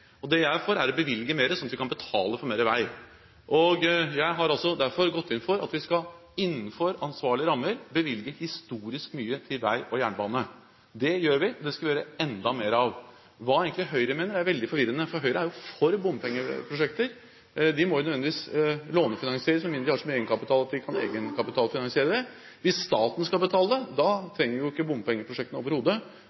Det jeg er for, er å bevilge mer, slik at vi kan betale for mer vei. Jeg har derfor gått inn for at vi innenfor ansvarlige rammer skal bevilge historisk mye til vei og jernbane. Det gjør vi, og det skal vi gjøre enda mer av. Hva Høyre egentlig mener, er veldig forvirrende. Høyre er jo for bompengeprosjekter. Disse må nødvendigvis lånefinansieres, med mindre de har så mye egenkapital at de kan egenkapitalfinansiere det. Hvis staten skal betale